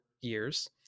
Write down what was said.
years